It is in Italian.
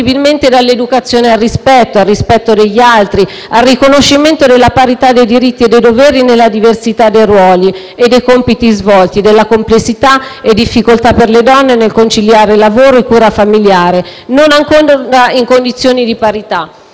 indiscutibilmente l'educazione al rispetto, al rispetto degli altri, al riconoscimento della parità dei diritti e dei doveri nella diversità dei ruoli e dei compiti svolti, della complessità e difficoltà per le donne nel conciliare lavoro e cura familiare, non ancora in condizioni di parità.